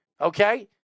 Okay